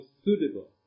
suitable